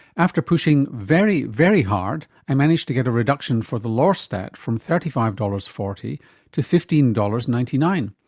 after pushing very, very hard, i managed to get a reduction for the lorstat from thirty five dollars. forty to fifteen dollars. ninety nine,